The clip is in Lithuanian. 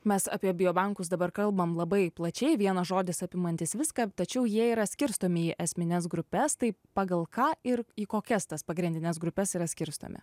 mes apie bio bankus dabar kalbam labai plačiai vienas žodis apimantis viską tačiau jie yra skirstomi į esmines grupes tai pagal ką ir į kokias tas pagrindines grupes yra skirstomi